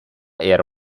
era